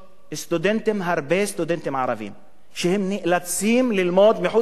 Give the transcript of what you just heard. הרבה סטודנטים ערבים נאלצים ללמוד בחוץ-לארץ,